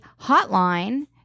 hotline